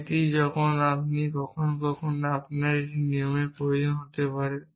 যেটি যখন কখনও কখনও আপনার এমন একটি নিয়মের প্রয়োজন হতে পারে